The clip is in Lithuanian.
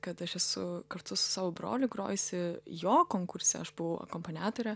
kad aš esu kartu su savo broliu grojusi jo konkurse aš buvau akompaniatore